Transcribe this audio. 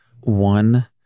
One